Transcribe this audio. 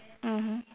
mmhmm